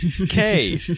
Okay